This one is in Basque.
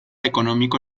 ekonomiko